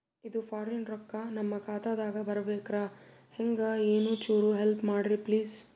ಇದು ಫಾರಿನ ರೊಕ್ಕ ನಮ್ಮ ಖಾತಾ ದಾಗ ಬರಬೆಕ್ರ, ಹೆಂಗ ಏನು ಚುರು ಹೆಲ್ಪ ಮಾಡ್ರಿ ಪ್ಲಿಸ?